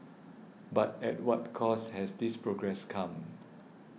but at what cost has this progress come